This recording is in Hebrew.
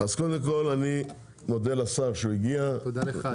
אני רוצה להודות לשר שהגיע לכאן,